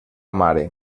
mare